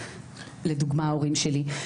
לדוגמה ההורים שלי,